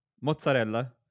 mozzarella